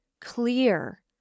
clear